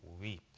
weep